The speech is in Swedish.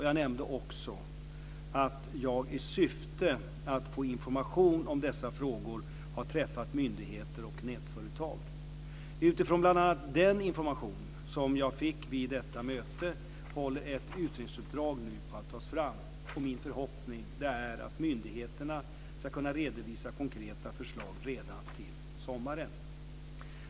Jag nämnde också att jag i syfte att få information om dessa frågor har träffat myndigheter och nätföretag. Utifrån bl.a. den information som jag fick vid detta möte håller ett utredningsuppdrag nu på att tas fram. Min förhoppning är att myndigheterna ska kunna redovisa konkreta förslag redan till sommaren.